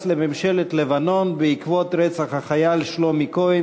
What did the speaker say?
לממשלת לבנון בעקבות רצח החייל שלומי כהן,